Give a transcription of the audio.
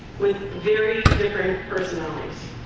with very different personalities